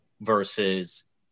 versus